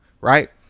right